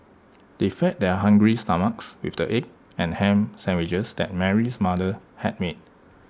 they fed their hungry stomachs with the egg and Ham Sandwiches that Mary's mother had made